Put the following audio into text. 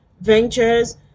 ventures